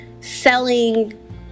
selling